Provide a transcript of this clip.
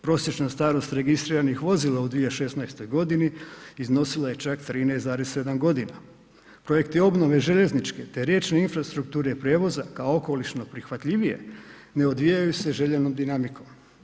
Prosječna starost registriranih vozila u 2016. g. iznosila je čak 13,7 g. Projekti obnove željezničke te riječne infrastrukture prijevoza kao okolišno prihvatljivije ne odvijaju se željenom dinamikom.